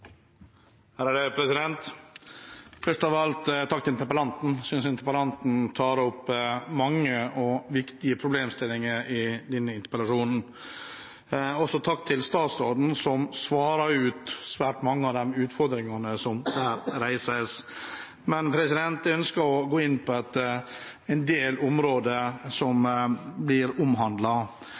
interpellanten tar opp mange viktige problemstillinger i denne interpellasjonen. Også takk til statsråden, som svarer på mange av de utfordringene som reises. Jeg ønsker å gå inn på en del områder som blir